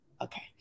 Okay